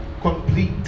complete